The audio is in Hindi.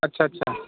अच्छा अच्छा